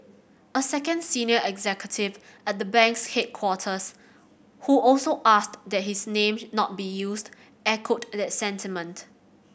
a second senior executive at the bank's headquarters who also asked that his name not be used echoed that sentiment